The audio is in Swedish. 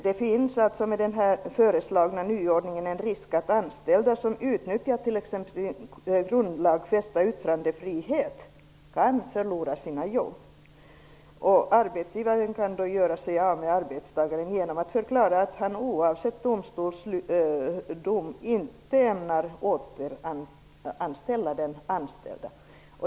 Det finns alltså med den föreslagna nyordningen en risk för att anställda som utnyttjar t.ex. den grundlagsfästa yttrandefriheten kan förlora sina jobb. Arbetsgivaren kan göra sig av med arbetstagaren genom att förklara att han, oavsett domstolsdom, inte ämnar återanställa denne.